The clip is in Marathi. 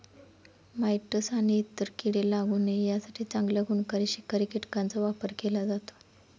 माइटस आणि इतर कीडे लागू नये यासाठी चांगल्या गुणकारी शिकारी कीटकांचा वापर केला जातो